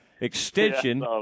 extension